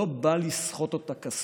לא בא לסחוט אותה כספית,